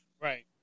Right